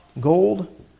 Gold